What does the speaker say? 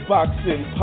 Boxing